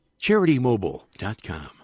CharityMobile.com